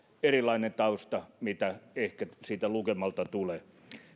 erilainen tausta mitä ehkä siltä lukemalta tulee